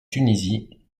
tunisie